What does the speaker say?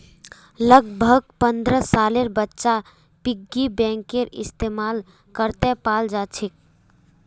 लगभग पन्द्रह सालेर बच्चा पिग्गी बैंकेर इस्तेमाल करते पाल जाछेक